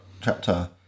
chapter